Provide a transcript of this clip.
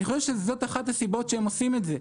אני חושב שזאת אחת הסיבות שהם עושים את זה,